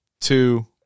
two